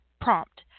prompt